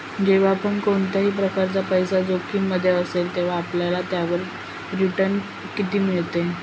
जेव्हा पण कोणत्याही प्रकारचा पैसा जोखिम मध्ये असेल, तेव्हा आपल्याला त्याच्यावर रिटन किती मिळतो?